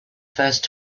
first